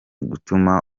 gutuma